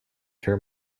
care